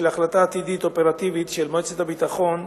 להחלטה עתידית אופרטיבית של מועצת הביטחון,